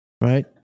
Right